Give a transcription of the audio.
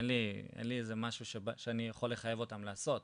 אין לי איזה משהו שאני יכול לחייב אותם לעשות,